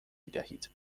میدهید